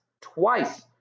Twice